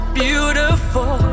beautiful